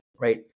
right